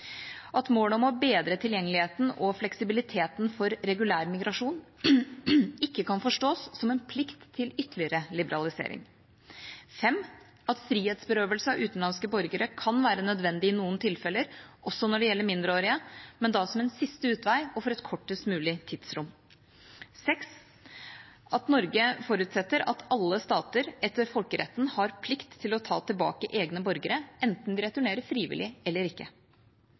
at målet om å bedre tilgjengeligheten og fleksibiliteten for regulær migrasjon ikke kan forstås som en plikt til ytterligere liberalisering at frihetsberøvelse av utenlandske borgere kan være nødvendig i noen tilfeller, også når det gjelder mindreårige, men da som en siste utvei og for et kortest mulig tidsrom at Norge forutsetter at alle stater etter folkeretten har plikt til å ta tilbake egne borgere, enten de returnerer frivillig eller ikke